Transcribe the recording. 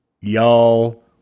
Y'all